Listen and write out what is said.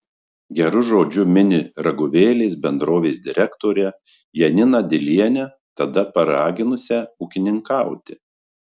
geru žodžiu mini raguvėlės bendrovės direktorę janiną dilienę tada paraginusią ūkininkauti